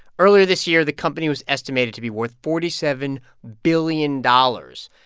earlier this year, the company was estimated to be worth forty seven billion dollars,